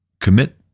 commit